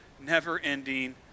never-ending